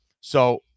So-